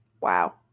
wow